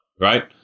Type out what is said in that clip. right